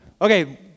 Okay